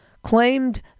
claimed